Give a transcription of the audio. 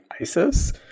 ISIS